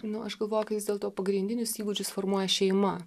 nu aš galvoju kad vis dėlto pagrindinius įgūdžius formuoja šeima